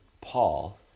Paul